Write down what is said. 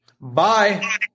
Bye